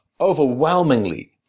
overwhelmingly